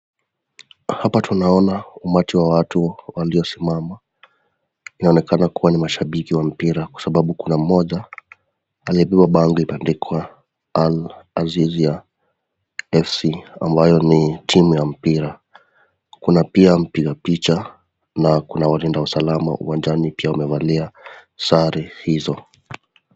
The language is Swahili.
Hapa tunaona umati wa watu waliosimama. Inaonekana kuwa ni mashabiki wa mpira kwa sababu kuna mmoja aliyebeba bango imeandikwa Al- Azizia FC ambayo ni timu ya mpira. Kuna pia mpiga picha na kuna walinda usalama uwanjani pia wamevalia sare hizo.